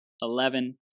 eleven